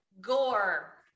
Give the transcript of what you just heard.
Gore